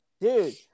Dude